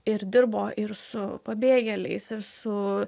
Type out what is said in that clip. ir dirbo ir su pabėgėliais ir su